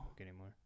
anymore